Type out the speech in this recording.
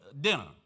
dinner